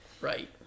right